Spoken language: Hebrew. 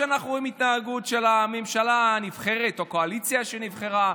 כשאנחנו רואים התנהגות של הממשלה הנבחרת או הקואליציה שנבחרה,